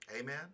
Amen